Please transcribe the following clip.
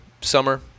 summer